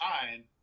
time